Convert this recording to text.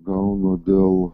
gaunu dėl